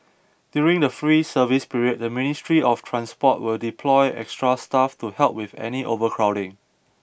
during the free service period the Ministry of Transport will deploy extra staff to help with any overcrowding